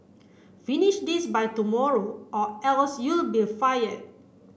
finish this by tomorrow or else you'll be fire